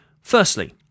Firstly